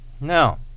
now